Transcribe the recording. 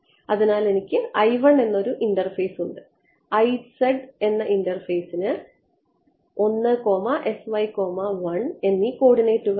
അതിനാൽ എനിക്ക് എന്നൊരു ഇന്റർഫേസ് ഉണ്ട് ഇന്റർഫേസിന് എന്നീ കോർഡിനേറ്റുകളുണ്ട്